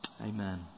Amen